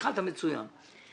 התחלת מצוין.